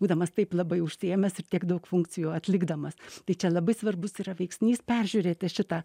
būdamas taip labai užsiėmęs ir tiek daug funkcijų atlikdamas tai čia labai svarbus yra veiksnys peržiūrėti šitą